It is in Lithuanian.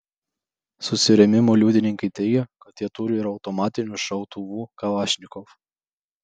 susirėmimų liudininkai teigia kad jie turi ir automatinių šautuvų kalašnikov